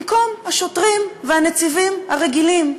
במקום השוטרים והניצבים הרגילים,